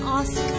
ask